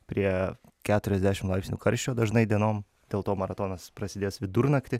prie keturiasdešim laipsnių karščio dažnai dienom dėl to maratonas prasidės vidurnaktį